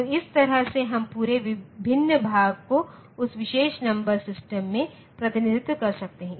तो इस तरह से हम पुरे भिन्न भाग को उस विशेष नंबर सिस्टम में प्रतिनिधित्व कर सकते हैं